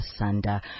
Asanda